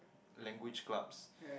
language clubs